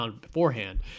beforehand